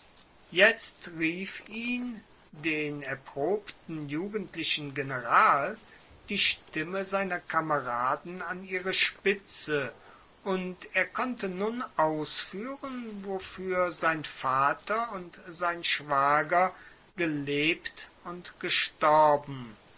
jetzt rief ihn den erprobten jugendlichen general die stimme seiner kameraden an ihre spitze und er konnte nun ausfuehren wofuer sein vater und sein schwager gelebt und gestorben